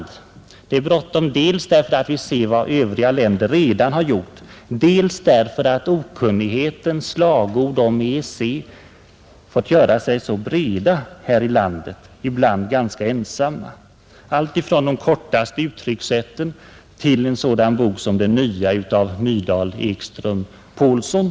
Det är bråttom dels därför att vi ser vad övriga länder redan har gjort, dels därför att okunnighetens slagord om EEC fått göra sig så breda här i landet, ibland ganska ensamma, alltifrån de kortaste uttryckssätten till en sådan bok som den nya av Myrdal Ekström-Pålsson.